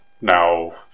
Now